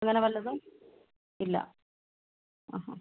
അങ്ങനെ വല്ലതും ഇല്ല